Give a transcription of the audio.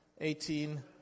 18